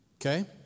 Okay